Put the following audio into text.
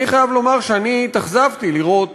אני חייב לומר שאני התאכזבתי לראות